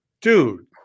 dude